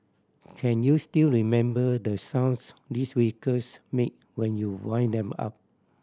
can you still remember the sounds these vehicles make when you wind them up